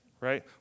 Right